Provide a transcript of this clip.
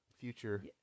future